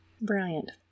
Brilliant